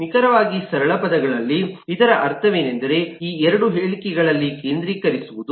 ನಿಖರವಾದ ಸರಳ ಪದಗಳಲ್ಲಿ ಇದರ ಅರ್ಥವೇನೆಂದರೆ ಈ 2 ಹೇಳಿಕೆಗಳಲ್ಲಿ ಕೇಂದ್ರೀಕರಿಸುವುದು